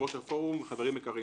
יושב-ראש הפורום וחברים יקרים.